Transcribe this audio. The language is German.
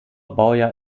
baujahr